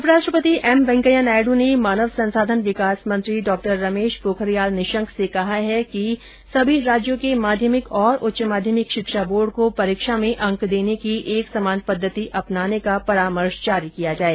उप राष्ट्रपति एम वेंकैया नायडू ने मानव संसाधन विकास मंत्री डॉ रमेश पोखरियाल निशंक से कहा है कि सभी राज्यों के माध्यमिक और उच्च माध्यमिक शिक्षा बोर्ड को परीक्षा में अंक देने की एकसमान पद्धति अपनाने का परामर्श जारी किया जाए